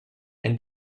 and